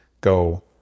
go